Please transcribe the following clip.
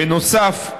בנוסף,